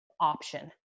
option